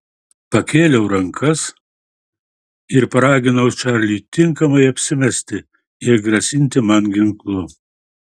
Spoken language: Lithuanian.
pakėliau rankas ir paraginau čarlį tinkamai apsimesti ir grasinti man ginklu